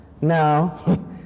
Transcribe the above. No